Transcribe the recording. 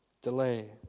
delay